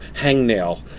Hangnail